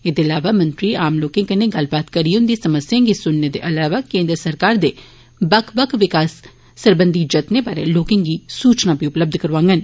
एदे इलावा मंत्री आम लोकें कन्नै गल्लबात करियै उन्दी समस्याएं गी स्नने दे इलावा केन्द्र सरकार दे बक्ख बक्ख विकास सरबंधी जत्ने बारै लोकें गी सूचना बी उपलब्ध करांगन